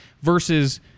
Versus